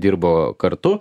dirbo kartu